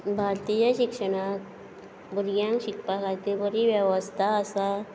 भारतीय शिक्षणांत भुरग्यांक शिकपा खातीर बरी वेवस्था आसा